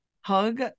Hug